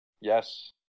Yes